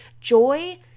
Joy